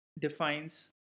defines